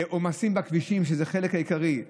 לעומסים בכבישים, שזה החלק העיקרי.